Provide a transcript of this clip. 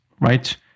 right